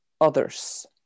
others